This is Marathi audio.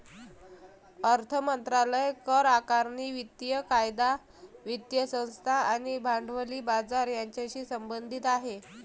अर्थ मंत्रालय करआकारणी, वित्तीय कायदा, वित्तीय संस्था आणि भांडवली बाजार यांच्याशी संबंधित आहे